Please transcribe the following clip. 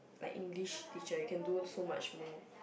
like English teacher you can do so much more